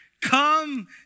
Come